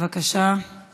כואב לי מאוד לשמוע,